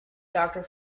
doctor